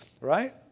right